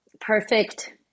perfect